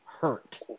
hurt